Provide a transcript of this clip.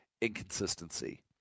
inconsistency